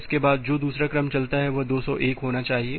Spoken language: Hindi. इसके बाद जो दूसरा क्रम चलता है वह 201 होना चाहिए